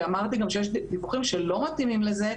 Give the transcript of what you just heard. כי אמרתי גם שיש דיווחים שלא מתאימים לזה,